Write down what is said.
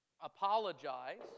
apologize